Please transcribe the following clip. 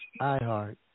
iHeart